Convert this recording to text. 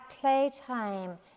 playtime